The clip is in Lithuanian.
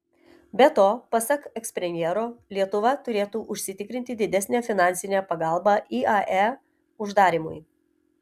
be to pasak ekspremjero lietuva turėtų užsitikrinti didesnę finansinę pagalbą iae uždarymui